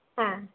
হ্যাঁ